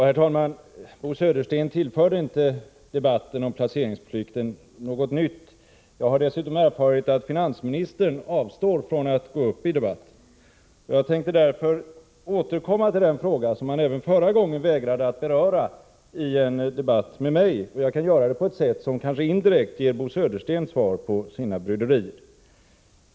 Herr talman! Bo Södersten tillförde inte debatten om placeringsplikten något nytt. Jag har dessutom erfarit att finansministern avstår från att gå upp i debatten. Jag tänkte därför återkomma till den fråga som finansministern även förra gången vägrade att beröra i en debatt med mig. Och jag kan göra det på ett sätt som kanske indirekt ger Bo Södersten svar när det gäller hans bryderier.